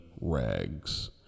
rags